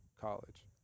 college